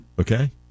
Okay